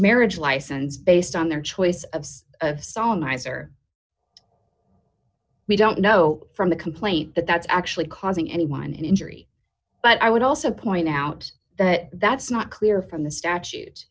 marriage license based on their choice of song miser we don't know from the complaint that that's actually causing anyone injury but i would also point out that that's not clear from the statute